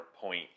point